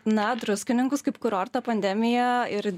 na druskininkus kaip kurortą pandemija ir